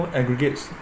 aggregates